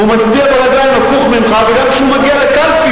הוא מצביע ברגליים הפוך ממך וגם כשהוא מגיע לקלפי